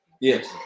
Yes